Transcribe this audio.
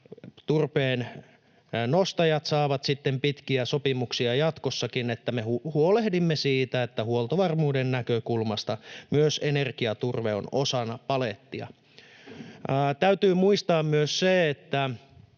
turpeen nostajat saavat sitten pitkiä sopimuksia jatkossakin ja että me huolehdimme siitä, että huoltovarmuuden näkökulmasta myös energiaturve on osana palettia. Täytyy muistaa myös, että